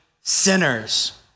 sinners